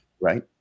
Right